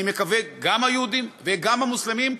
אני מקווה: גם היהודים וגם המוסלמים,